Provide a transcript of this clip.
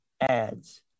ads